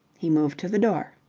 he moved to the door.